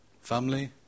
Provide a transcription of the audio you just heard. Family